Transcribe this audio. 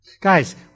Guys